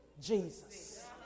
Jesus